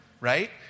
right